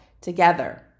together